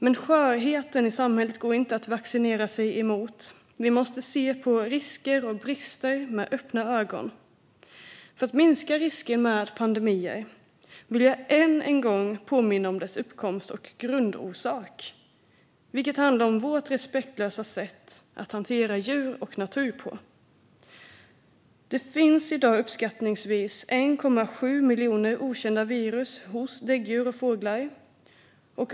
Men skörheten i samhället går inte att vaccinera sig emot. Vi måste se på risker och brister med öppna ögon. För att minska risken för pandemier vill jag ännu en gång påminna om deras uppkomst och grundorsak, nämligen vårt respektlösa sätt att hantera djur och natur på. Det finns i dag uppskattningsvis 1,7 miljoner okända virus hos däggdjur och fåglar.